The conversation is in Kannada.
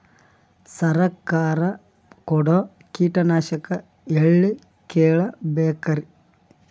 ಸರಕಾರ ಕೊಡೋ ಕೀಟನಾಶಕ ಎಳ್ಳಿ ಕೇಳ ಬೇಕರಿ?